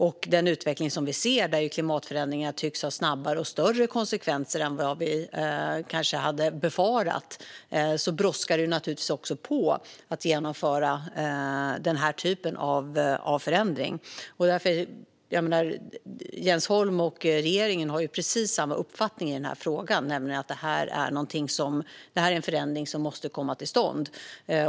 Med den utveckling som vi ser, där klimatförändringarna tycks få snabbare och större konsekvenser än vad vi kanske hade befarat, brådskar det naturligtvis på att genomföra den här typen av förändring. Jens Holm och regeringen har precis samma uppfattning i frågan, nämligen att det här är en förändring som måste komma till stånd.